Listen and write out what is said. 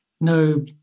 no